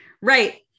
Right